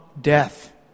death